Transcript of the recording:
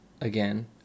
again